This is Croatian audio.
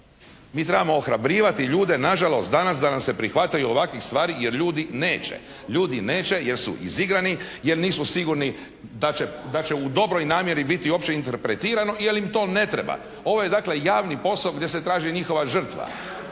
Mi trebamo ohrabrivati ljude nažalost danas da nam se prihvate ovakvih stvari jer ljudi neće. Ljudi neće jer su izigrani, jer nisu sigurni da će u dobroj namjeri uopće interpretirano, jer im to ne treba. Ovo je dakle javni posao gdje se traži njihova žrtva.